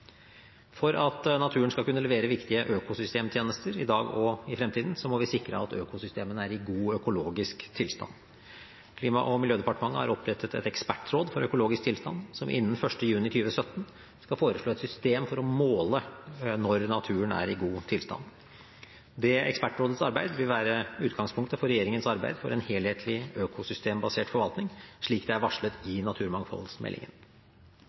For at naturen skal kunne levere viktige økosystemtjenester i dag og i fremtiden, må vi sikre at økosystemene er i god økologisk tilstand. Klima- og miljødepartementet har opprettet et ekspertråd for økologisk tilstand, som innen 1. juni 2017 skal foreslå et system for å måle når naturen er i god tilstand. Dette ekspertrådets arbeid vil være utgangspunktet for regjeringens arbeid for en helhetlig, økosystembasert forvaltning, slik det er varslet i